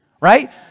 Right